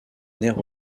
nerf